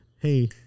hey